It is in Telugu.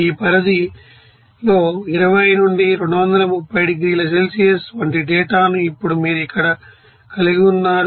ఈ పరిధిలో 20 నుండి 230 డిగ్రీల సెల్సియస్ వంటి డేటాను ఇప్పుడు మీరు ఇక్కడ కలిగి ఉన్నారు